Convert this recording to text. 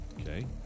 Okay